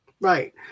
Right